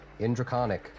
Indraconic